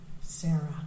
Sarah